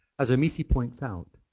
as omissi points out,